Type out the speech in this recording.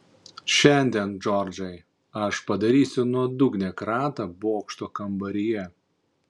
šiandien džordžai aš padarysiu nuodugnią kratą bokšto kambaryje